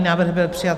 Návrh byl přijat.